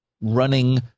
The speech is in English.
running